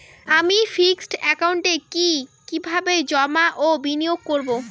আমি ফিক্সড একাউন্টে কি কিভাবে জমা ও বিনিয়োগ করব?